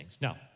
Now